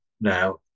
now